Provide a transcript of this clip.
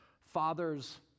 father's